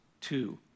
two